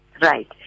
Right